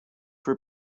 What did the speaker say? for